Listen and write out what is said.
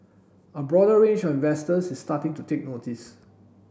a broader range of investors is starting to take notice